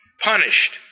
punished